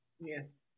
Yes